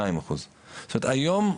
על 72%. היום,